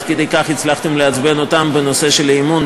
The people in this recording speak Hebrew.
עד כדי כך הצלחתם לעצבן אותם בנושא של אי-אמון,